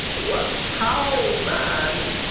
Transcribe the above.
what how, man?